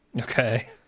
Okay